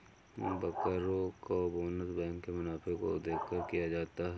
बैंकरो का bonus bank के मुनाफे को देखकर दिया जाता है